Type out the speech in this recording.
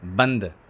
بند